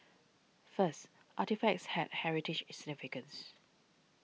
first artefacts had heritage significance